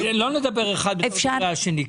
הרב גפני,